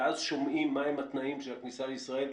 ואז שומעים מה הם התנאים של הכניסה לישראל,